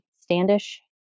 Standish